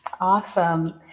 Awesome